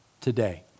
today